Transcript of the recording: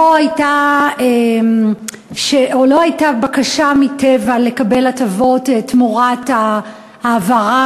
לא הייתה בקשה מ"טבע" לקבל הטבות תמורת ההעברה